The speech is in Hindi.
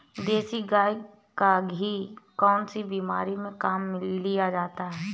देसी गाय का घी कौनसी बीमारी में काम में लिया जाता है?